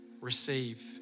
receive